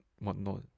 whatnot